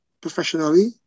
professionally